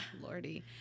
lordy